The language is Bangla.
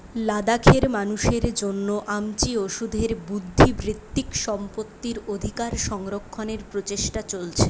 লাদাখের মানুষের জন্য আমচি ওষুধের বুদ্ধিবৃত্তিক সম্পত্তির অধিকার সংরক্ষণের প্রচেষ্টা চলছে